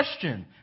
question